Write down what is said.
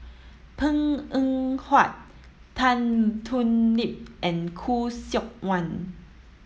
Png Eng Huat Tan Thoon Lip and Khoo Seok Wan